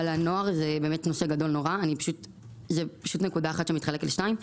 זאת נקודה אחת שמתחלקת לשניים.